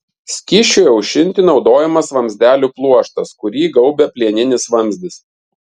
skysčiui aušinti naudojamas vamzdelių pluoštas kurį gaubia plieninis vamzdis